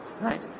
right